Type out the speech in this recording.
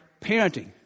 Parenting